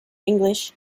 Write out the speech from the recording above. english